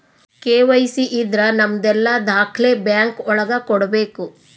KYC ಇದ್ರ ನಮದೆಲ್ಲ ದಾಖ್ಲೆ ಬ್ಯಾಂಕ್ ಒಳಗ ಕೊಡ್ಬೇಕು